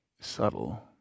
subtle